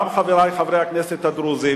גם חברי חברי הכנסת הדרוזים,